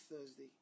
thursday